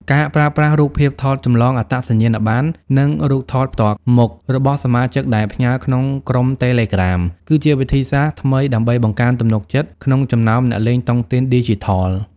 ការប្រើប្រាស់ "រូបភាពថតចម្លងអត្តសញ្ញាណប័ណ្ណ" និង "រូបថតផ្ទាល់មុខ" របស់សមាជិកដែលផ្ញើក្នុងក្រុម Telegram គឺជាវិធីសាស្ត្រថ្មីដើម្បីបង្កើនទំនុកចិត្តក្នុងចំណោមអ្នកលេងតុងទីនឌីជីថល។